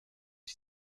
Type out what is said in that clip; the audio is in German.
die